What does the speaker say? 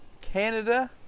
Canada